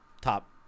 Top